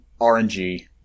RNG